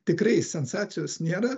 tikrai sensacijos nėra